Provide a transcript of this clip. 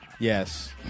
Yes